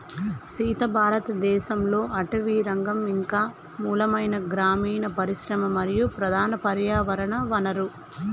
సీత భారతదేసంలో అటవీరంగం ఇంక మూలమైన గ్రామీన పరిశ్రమ మరియు ప్రధాన పర్యావరణ వనరు